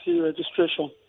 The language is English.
registration